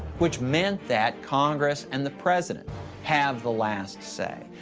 which meant that congress and the president have the last say.